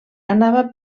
anava